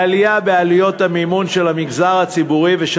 לעלייה בעלויות המימון של המגזר הציבורי ושל